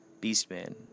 Beastman